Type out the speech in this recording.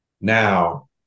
now